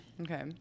Okay